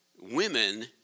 women